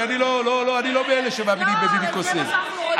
כי אני לא מאלה שמאמינים ב"ביבי קוסם".